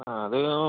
ആ അത്